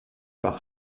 par